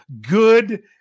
good